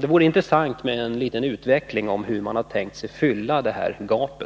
Det vore intressant att få höra hur man tänker fylla detta gap.